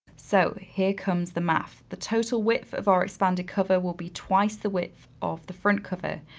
so here comes the math. the total width of our expanded cover will be twice the width of the front cover.